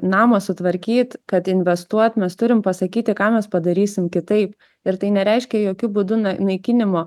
namą sutvarkyt kad investuot mes turim pasakyti ką mes padarysim kitaip ir tai nereiškia jokiu būdu na naikinimo